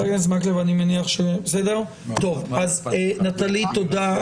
אז נטלי, תודה.